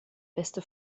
beste